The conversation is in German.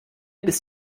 bis